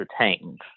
entertained